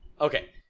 Okay